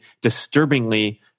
disturbingly